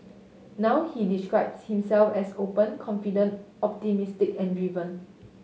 now he describes himself as open confident optimistic and driven